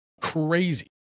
Crazy